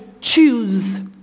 choose